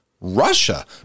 russia